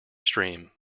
stream